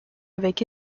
avec